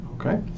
okay